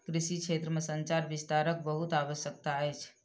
कृषि क्षेत्र में संचार विस्तारक बहुत आवश्यकता अछि